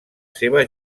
seva